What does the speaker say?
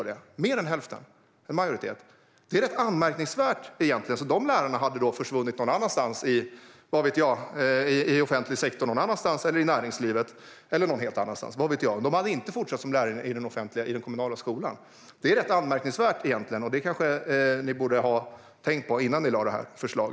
De hade försvunnit till något annat i offentlig sektor eller näringsliv, vad vet jag. De hade i alla fall inte fortsatt som lärare i den kommunala skolan. Det är rätt anmärkningsvärt, och det borde ni ha tänkt på innan ni lade fram detta förslag.